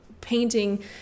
painting